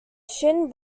shin